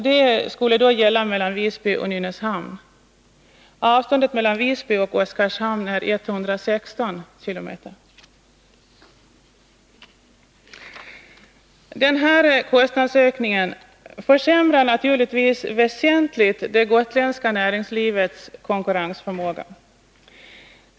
Det skulle då gälla mellan Visby och Nynäshamn. Avståndet mellan Visby och Oskarshamn är 116 km. Denna kostnadsökning försämrar naturligtvis väsentligt det gotländska näringslivets konkurrensförmåga.